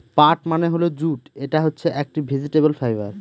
পাট মানে হল জুট এটা হচ্ছে একটি ভেজিটেবল ফাইবার